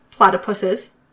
platypuses